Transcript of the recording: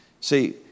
see